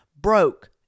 broke